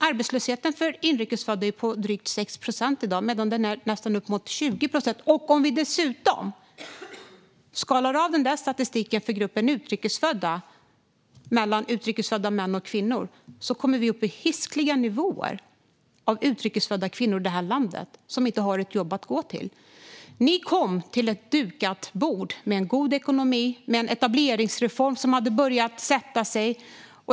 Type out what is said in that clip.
Arbetslösheten för inrikesfödda är på drygt 6 procent i dag, medan den för utrikesfödda är uppemot 20 procent. Om vi dessutom skalar av statistiken för gruppen utrikesfödda och ser på utrikesfödda män och kvinnor kommer vi upp i hiskeliga nivåer av utrikesfödda kvinnor i detta land som inte har ett jobb att gå till. Riksrevisionens rapport om jämställd-hetsintegrering av integrationspolitiken Ni kom till ett dukat bord med en god ekonomi och med en etableringsreform som hade börjat sätta sig.